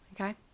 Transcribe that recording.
okay